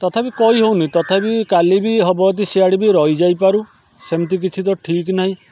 ତଥାପି କହିହେଉନି ତଥାପି କାଲି ବି ହେବ ଯଦି ସିଆଡ଼େ ବି ରହି ଯାଇପାରୁ ସେମତି କିଛି ତ ଠିକ୍ ନାହିଁ